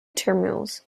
terminals